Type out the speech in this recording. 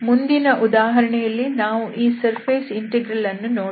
ಮುಂದಿನ ಉದಾಹರಣೆಯಲ್ಲಿ ನಾವು ಈ ಸರ್ಫೇಸ್ ಇಂಟೆಗ್ರಲ್ ಅನ್ನು ನೋಡೋಣ